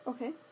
Okay